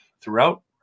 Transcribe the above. throughout